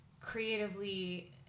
creatively